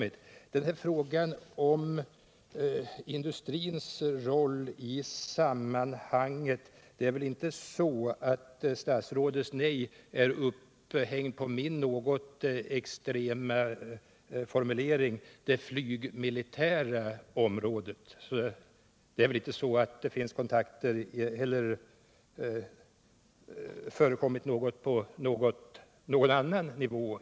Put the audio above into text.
Beträffande frågan om industrins roll i sammanhanget undrar jag om statsrådets nej är upphängt på min något extrema formulering om det ”flygmilitära” området. Det förekommer väl inte kontakter på någon annan nivå?